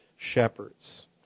shepherds